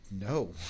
no